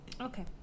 okay